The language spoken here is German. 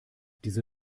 diese